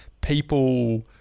people